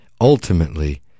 ultimately